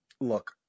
look